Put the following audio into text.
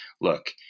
look